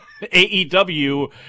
AEW